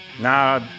nah